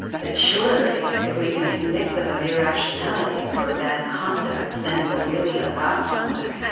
but surely if we can convict them of irrationality for bad conduct then we'll really have got somewhere.